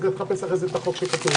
אז לך תחפש אחרי זה את החוק שכתוב.